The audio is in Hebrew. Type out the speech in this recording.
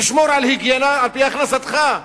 תשמור על היגיינה על-פי הכנסתך.